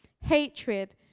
hatred